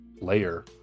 layer